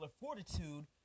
fortitude